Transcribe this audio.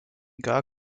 gar